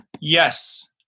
Yes